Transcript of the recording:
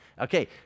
okay